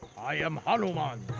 i am hanuman,